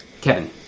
Kevin